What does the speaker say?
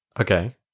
Okay